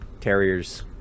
Terriers